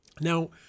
Now